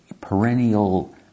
perennial